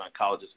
oncologist